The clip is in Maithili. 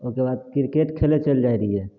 ओइके बाद क्रिकेट खेले चलि जाइ रहियइ